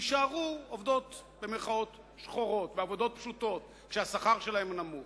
שיישארו עובדות "שחורות" בעבודות פשוטות שהשכר עליהן הוא נמוך.